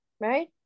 right